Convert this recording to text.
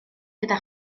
gyda